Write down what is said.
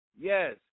yes